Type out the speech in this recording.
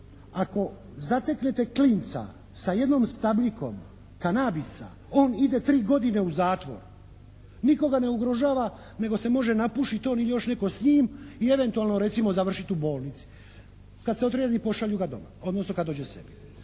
ako zateknete klinca sa jednom stabljikom kanabisa on ide 3 godine u zatvor. Nitko ga ne ugrožava nego se može napušiti on ili još netko s njim i eventualno recimo završiti u bolnici. Kad se otrijezni pošalju ga doma odnosno kad dođe k sebi.